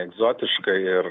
egzotiška ir